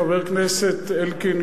חבר הכנסת אלקין,